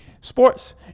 sports